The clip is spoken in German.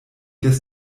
des